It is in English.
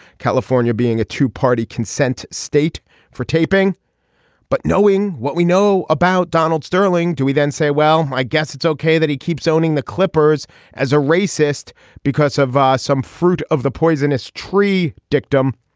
california being a two party consent state for taping but knowing what we know about donald sterling do we then say well i guess it's ok that he keeps owning the clippers as a racist because of ah some fruit of the poisonous tree dictum.